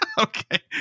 Okay